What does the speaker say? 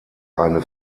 eine